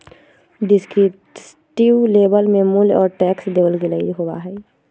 descriptive label में मूल्य और टैक्स देवल गयल होबा हई